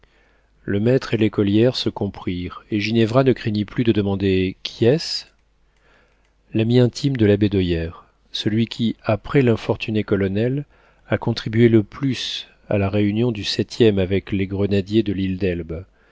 le maître et l'écolière se comprirent et ginevra ne craignit plus de demander qui est-ce l'ami intime de labédoyère celui qui après l'infortuné colonel a contribué le plus à la réunion du septième avec les grenadiers de l'île d'elbe